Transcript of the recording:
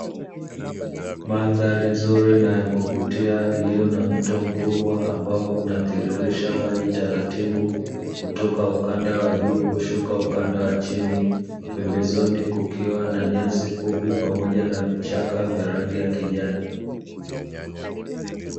Mandhari nzuri na ya kuvutia iliyo na mto mkubwa ambao unatiririsha maji taratibu kutoka ukanda wa juu na kushuka ukanda wa chini, pembezoni kukiwa na nyasi fupi pamoja na vichaka vya rangi ya kijani.